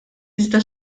iżda